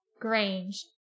grange